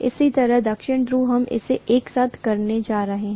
इसी तरह दक्षिण ध्रुव हम इसे एक साथ करने जा रहे हैं